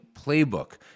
Playbook